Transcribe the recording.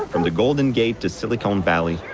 from the golden gate to silicon valley,